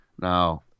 Now